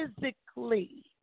physically